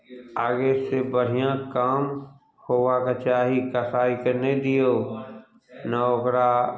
आगेसँ बढ़िआँ काम होबाक चाही कसाइके नहि दियौ ने ओकरा